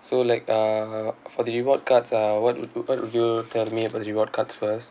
so like uh for the reward cards uh what would you what would you tell me about reward cards first